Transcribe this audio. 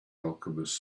alchemist